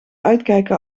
uitkijken